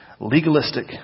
legalistic